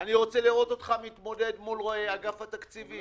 אני רוצה לראות אותך מתמודד מול אגף התקציבים.